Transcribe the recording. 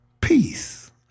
peace